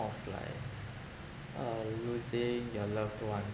of like uh losing your loved ones